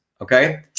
okay